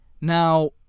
now